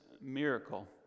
miracle